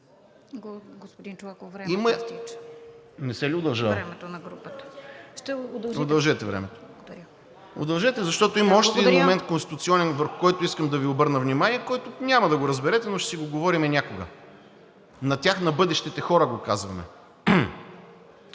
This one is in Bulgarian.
РАДОМИР ЧОЛАКОВ: Удължете, защото има още един момент - конституционен, върху който искам да Ви обърна внимание, който няма да го разберете, но ще си го говорим някога. На тях, на бъдещите хора, го казваме.